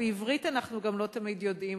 גם בעברית אנחנו לא תמיד יודעים,